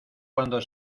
cuando